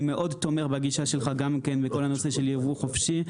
אני מאוד תומך בגישה שלך גם בכל הנושא של יבוא חופשי,